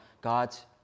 God's